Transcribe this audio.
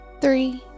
three